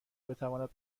بتواند